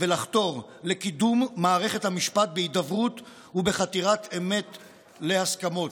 ולחתור לקידום מערכת המשפט בהידברות ובחתירת אמת להסכמות.